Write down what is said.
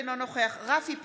אינו נוכח רפי פרץ,